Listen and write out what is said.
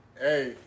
Hey